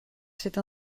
cette